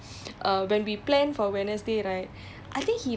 சனியன் மாதிரி விளையாடுறான்:saniyan maathiri vilaaduraan lah